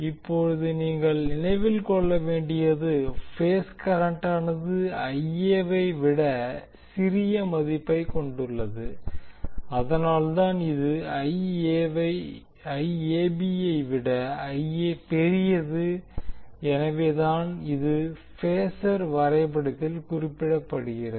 இப்போது நீங்கள் நினைவில் கொள்ள வேண்டியது பேஸ் கரண்டானது Ia ஐ விட சிறிய மதிப்பைக் கொண்டுள்ளது அதனால்தான் இது ஐ விட பெரியது எனவே தான் இது பேசர் வரைபடத்தில் குறிப்பிடப்படுகிறது